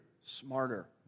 smarter